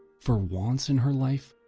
for once in her life,